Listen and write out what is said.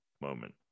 moment